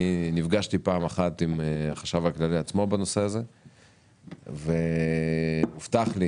נפגשתי פעם אחת עם החשב הכללי בנושא הזה והוצג לי